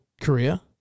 Korea